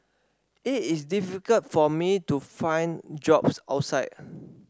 it is difficult for me to find jobs outside